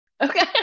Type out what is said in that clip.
Okay